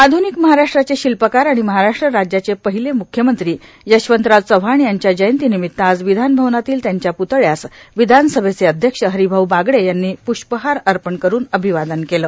आर्ध्रानक महाराष्ट्राचे शिल्पकार आणि महाराष्ट्र राज्याचे र्पाहले मुख्यमंत्री यशवंतराव चव्हाण यांच्या जयंतीर्नामत्त आज र्वधान भवनातील त्यांच्या प्तळ्यास र्यावधानसभेचे अध्यक्ष र्हारभाऊ बागडे यांनी प्रष्पहार अपण करून र्आभवादन केलं